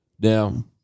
Now